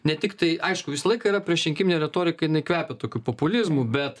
ne tiktai aišku visą laiką yra priešrinkiminė retorika jinai kvepia tokiu populizmu bet